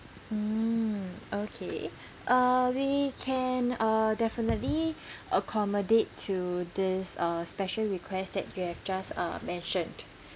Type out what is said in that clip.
mm okay uh we can uh definitely accommodate to this uh special request that you have just uh mentioned